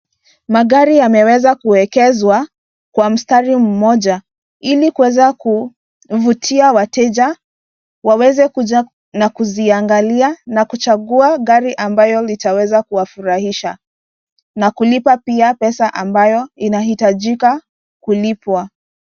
Magari yameweza kuwekezwa kwa mstari mmoja, ili kuweza kuvutia wateja waweze kuja, na kuziangalia na kuchagua gari ambayo litaweza kuwafurahisha, na kulipa pia pesa ambayo inahitajika kulipwa.